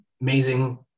amazing